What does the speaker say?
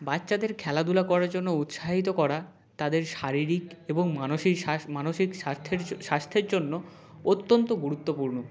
বাচ্চাদের খেলাধুলা করার জন্য উৎসাহিত করা তাদের শারীরিক এবং মানসিক মানসিক স্বাস্থ্যের স্বাস্থ্যের জন্য অত্যন্ত গুরুত্বপূর্ণ